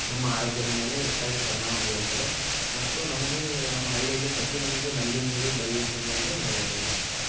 ನಮ್ಮ ಆರೋಗ್ಯದ ಮೇಲೆ ಹೆಚ್ಚಾಗಿ ಪರಿಣಾಮ ಬೀರುತ್ತದೆ ಮತ್ತು ನಮಗೆ ನಮ್ಮ ಹಳ್ಳಿಯಲ್ಲಿ ಪ್ರತಿ ಮನೆಗು ನಲ್ಲಿ ನೀರು ದೊರೆಯುತ್ತದೆ ಎಂದು ಹೇಳಬೌದು